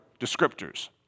descriptors